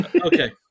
Okay